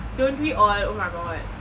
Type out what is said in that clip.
don't we all oh my god